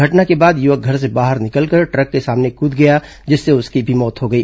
घटना के बाद युवक घर से बाहर निकलकर ट्रक के सामने कूद गया जिससे उसकी भी मौत हो गई